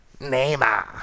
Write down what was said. Neymar